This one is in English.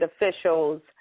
officials